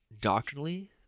doctrinally